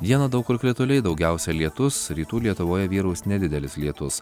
dieną daug kur krituliai daugiausiai lietus rytų lietuvoje vyraus nedidelis lietus